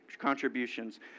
contributions